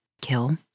kill